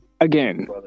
Again